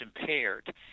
impaired